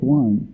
one